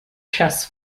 chess